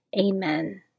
Amen